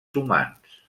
humans